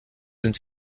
sind